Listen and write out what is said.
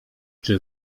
czy